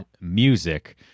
music